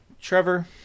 Trevor